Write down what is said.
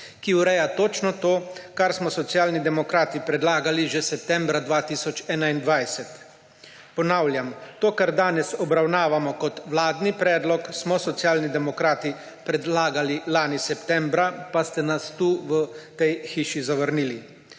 ki ureja točno to, kar smo Socialni demokrati predlagali že septembra 2021. Ponavljam, to, kar danes obravnavamo kot vladni predlog, smo Socialni demokrati predlagali lani septembra, pa ste nas v tej hiši zavrnili!